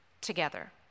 together